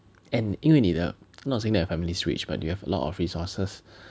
and 因为你的 not saying that your family is rich but you have a lot of resources